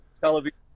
television